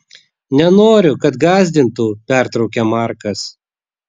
nenoriu kad gąsdintų pertraukia markas